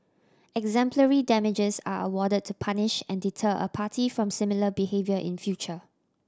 exemplary damages are awarded to punish and deter a party from similar behaviour in future